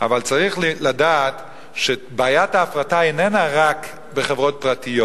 אבל צריך לדעת שבעיית ההפרטה איננה רק בחברות פרטיות.